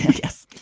yes,